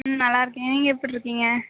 ம் நல்லாயிருக்கேன் நீங்கள் எப்படிருக்கீங்க